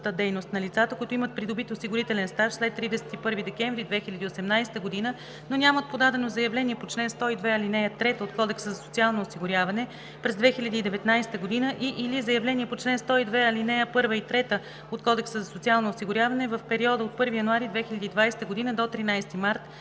дейност на лицата, които имат придобит осигурителен стаж след 31 декември 2018 г., но нямат подадено заявление по чл. 102, ал. 3 от Кодекса за социално осигуряване през 2019 г. и/или заявление по чл. 102, ал. 1 и 3 от Кодекса за социално осигуряване в периода от 1 януари 2020 г. до 13 март